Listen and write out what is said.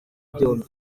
byombi